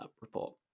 report